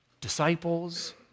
disciples